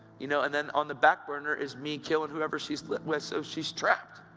you know and then on the back burner is me killing whoever she's with, so she's trapped.